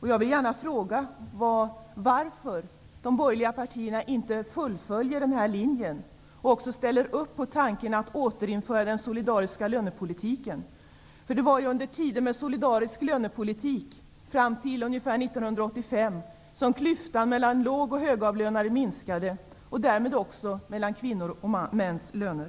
Jag vill gärna fråga varför de borgerliga partierna inte fullföljer den här linjen och ställer upp på tanken att återinföra den solidariska lönepolitiken. Det var ju under tider med solidarisk lönepolitik, ungefär fram till 1985, som klyftan mellan låg och högavlönade minskade och därmed också mellan kvinnors och mäns löner.